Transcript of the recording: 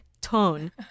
tone